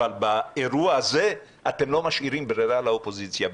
אבל באירוע הזה אתם לא משאירים ברירה לאופוזיציה.